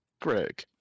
Greg